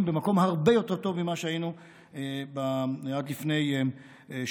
במקום הרבה יותר טוב ממה שהיינו עד לפני שנתיים.